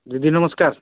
ଦିଦି ନମସ୍କାର